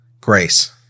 Grace